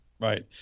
Right